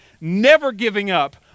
never-giving-up